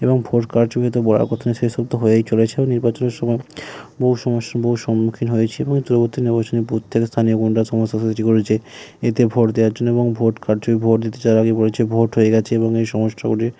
এবং ভোট কারচুপি তো বলার কথা নয় সেসব তো হয়েই চলেছে এবং নির্বাচনের সময় বহু সমস্যা বহু সম্মুখীন হয়েছি বলতে নির্বাচনী বুথ থেকে স্থানীয় গুন্ডারা সমস্যা সৃষ্টি করেছে এতে ভোট দেওয়ার জন্য এবং ভোট কারচুপি ভোট দিতে চালাকি করেছে ভোট হয়ে গিয়েছে এবং এই সমস্যাগুলির